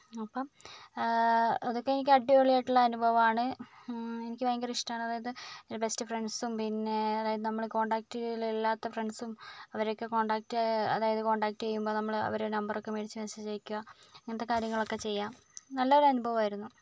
അപ്പം അതൊക്കെ എനിക്ക് അടിപൊളിയായിട്ടുള്ള അനുഭവമാണ് എനിക്ക് ഭയങ്കര ഇഷ്ടമാണ് അതായത് ബെസ്റ്റ് ഫ്രണ്ട്സും പിന്നെ അതായത് നമ്മൾ കോണ്ടാക്ടിൽ ഇല്ലാത്ത ഫ്രണ്ട്സും അവരെ ഒക്കെ കോൺടാക്ട് അതായത് കോൺടാക്ട് ചെയ്യുമ്പോൾ നമ്മൾ അവരുടെ നമ്പർ ഒക്കെ മേടിച്ച് മെസ്സേജ് അയയ്ക്കുക അങ്ങനത്തെ കാര്യങ്ങൾ ഒക്കെ ചെയ്യുക നല്ല ഒരു അനുഭവമായിരുന്നു